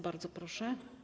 Bardzo proszę.